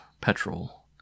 petrol